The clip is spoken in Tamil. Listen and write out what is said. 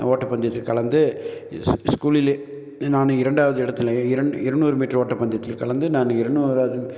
ஓட்டப்பந்தயத்தில் கலந்து ஸ் ஸ்கூலில் நான் இரண்டாவது இடத்தினை இரு இருநூறு மீட்டர் ஓட்டப்பந்தயத்தில் கலந்து நான் இருநூறாது